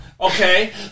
okay